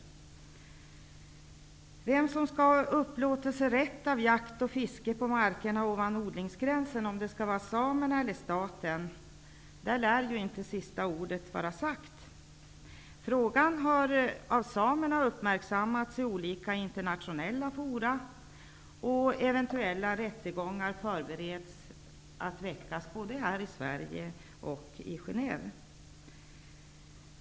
I fråga om vem som skall ha upplåtelserätt till jakt och fiske på markerna ovan odlingsgränsen, om det är samerna eller staten, lär inte sista ordet vara sagt. Samerna har sett till att frågan uppmärksammats i olika internationella fora, och eventuella rättegångar förbereds både här i Sverige och i Genève.